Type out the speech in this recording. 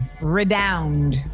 Redound